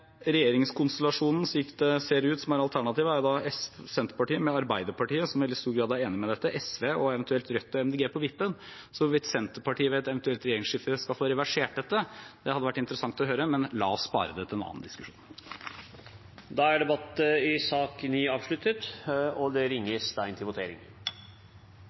Regjeringskonstellasjonen som er alternativet, slik det ser ut, er Senterpartiet med Arbeiderpartiet – som i veldig stor grad er enig i dette – SV og eventuelt Rødt og MDG på vippen. Hvorvidt Senterpartiet ved et eventuelt regjeringsskifte skal få reversert dette, hadde vært interessant å høre, men la oss spare det til en annen diskusjon. Da er debatten i sak nr. 9 avsluttet. Da er Stortinget klar til å gå til votering.